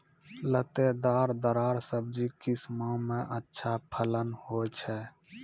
लतेदार दार सब्जी किस माह मे अच्छा फलन होय छै?